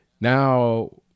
now